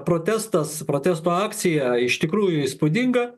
protestas protesto akcija iš tikrųjų įspūdinga